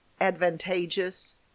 advantageous